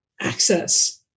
access